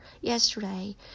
yesterday